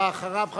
הבא אחריו,